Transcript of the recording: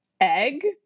egg